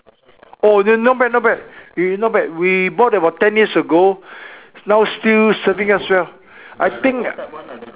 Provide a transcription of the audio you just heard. oh not bad not bad we not bad we bought about ten years ago now still serving us well I think